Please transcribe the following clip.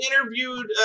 interviewed